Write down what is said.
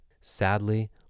Sadly